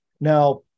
Now